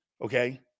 Okay